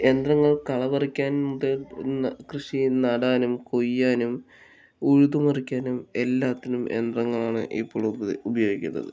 യന്ത്രങ്ങൾ കള പറിക്കാൻ മുതൽ കൃഷിയെ നടാനും കൊയ്യാനും ഉഴുതു മറിക്കാനും എല്ലാത്തിനും യന്ത്രങ്ങളാണ് ഇപ്പോൾ ഉപ ഉപയോഗിക്കുന്നത്